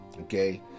Okay